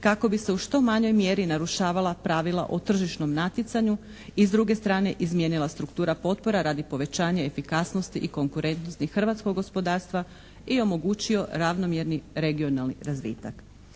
kako bi se u što manjoj mjeri narušavala pravila o tržišnom natjecanju i s druge strane izmijenila struktura potpora radi povećanja efikasnosti i konkurentnosti hrvatskog gospodarstva i omogućio ravnomjerni regionalni razvitak.